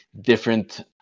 different